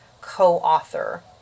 co-author